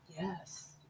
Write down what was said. Yes